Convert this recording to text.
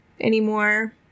anymore